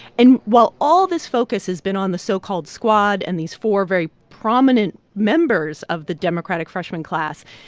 and while all this focus has been on the so-called squad and these four very prominent members of the democratic freshman class,